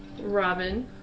Robin